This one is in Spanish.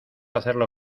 hacerlo